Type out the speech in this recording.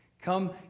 Come